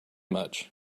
much